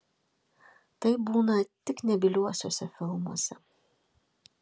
taip būna tik nebyliuosiuose filmuose